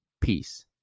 Peace